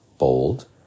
Bold